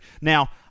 Now